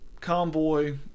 convoy